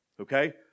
Okay